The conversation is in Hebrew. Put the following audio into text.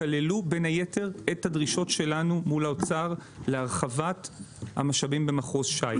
כללו בין היתר את הדרישות שלנו מול האוצר להרחבת המשאבים במחוז ש"י.